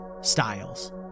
styles